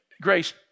grace